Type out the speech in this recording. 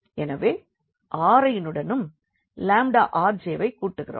எனவே Ri னுடன் Rj வைக் கூட்டுகிறோம்